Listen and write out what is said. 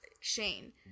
Shane